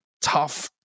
tough